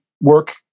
work